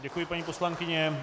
Děkuji, paní poslankyně.